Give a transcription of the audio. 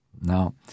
Now